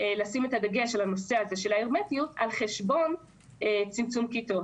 לשים דגש על נושא ההרמטיות על חשבון צמצום כיתות.